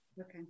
okay